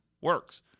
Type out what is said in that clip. works